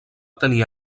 tenir